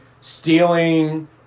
stealing